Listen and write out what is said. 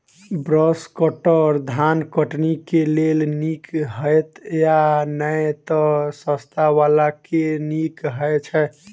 Brush cutter धान कटनी केँ लेल नीक हएत या नै तऽ सस्ता वला केँ नीक हय छै?